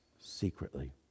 secretly